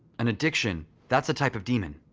an addiction that's a type of demon,